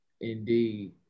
Indeed